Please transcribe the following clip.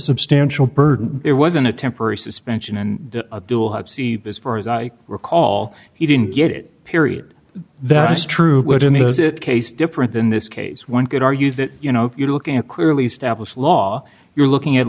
substantial burden it wasn't a temporary suspension and as far as i recall he didn't get it period that's true but in the case different in this case one could argue that you know if you're looking at clearly established law you're looking at